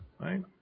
right